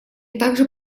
также